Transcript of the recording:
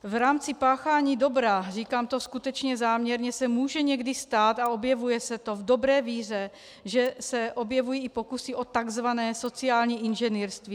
V rámci páchání dobra, říkám to skutečně záměrně, se může někdy stát, a objevuje se to v dobré víře, že se objevují i pokusy o takzvané sociální inženýrství.